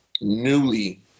newly